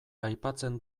aipatzen